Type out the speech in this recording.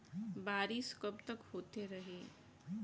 बरिस कबतक होते रही?